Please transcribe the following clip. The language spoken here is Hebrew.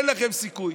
אין לכם סיכוי.